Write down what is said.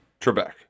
Trebek